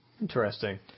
Interesting